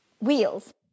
wheels